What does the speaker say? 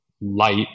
light